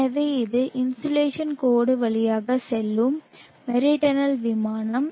எனவே இது இன்சோலேஷன் கோடு வழியாக செல்லும் மெரிடனல் விமானம்